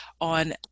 on